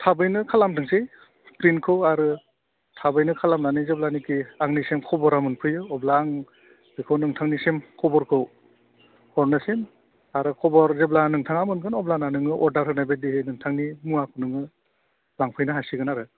थाबैनो खालामथोंसै प्रिन्टखौ आरो थाबैनो खालामनानै जेब्लानाखि आंनिसिम खबरा मोनफैयो अब्ला आं बेखौ नोंथांनिसिम खबरखौ हरनोसै आरो खबर जेब्ला नोंंथाङा मोनगोन अब्लाना नोङो अर्डार होनायबायदियै नोंथांनि मुवाखौनो लांफैनो हासिगोन आरो